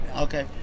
Okay